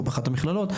או באחת המכללות,